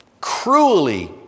cruelly